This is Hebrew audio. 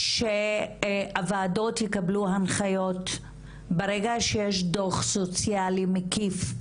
שהוועדות יקבלו הנחיות ברגע שיש דוח סוציאלי מקיף,